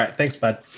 ah thanks but